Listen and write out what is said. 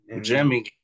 Jimmy